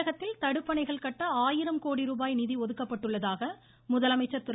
தமிழகத்தில் தடுப்பணைகள் கட்ட ருபாய் நிகி ஒதுக்கப்பட்டுள்ளதாக முதலமைச்சர் திரு